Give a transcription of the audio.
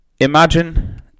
imagine